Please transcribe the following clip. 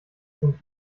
sind